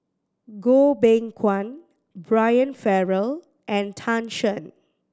Goh Beng Kwan Brian Farrell and Tan Shen